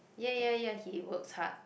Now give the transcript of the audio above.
ya ya ya he works hard